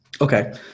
Okay